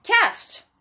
Cast